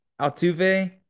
Altuve